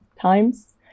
times